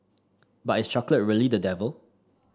but is chocolate really the devil